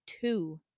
two